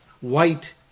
white